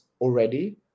already